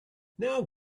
now